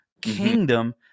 kingdom